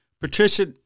Patricia